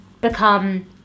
become